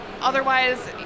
otherwise